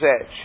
edge